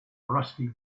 rusty